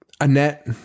Annette